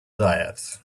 diet